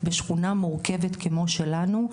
בשכונה מורכבת כמו שלנו.